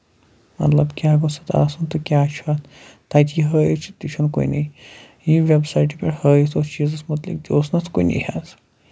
مطلب کیاہ گوٚژھ اَتھ آسُن تہٕ کیاہ چھُ اَتھ تَتہِ یہِ ہٲوِتھ چھُ تہِ چھُنہٕ کُنہِ یہِ ویب سایٹہِ پٮ۪ٹھ ہٲوِتھ اوس چیٖزَس مُتعلِق تہِ اوس نہٕ اَتھ کُنہِ حظ